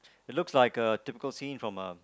it looks like uh typical scene from uh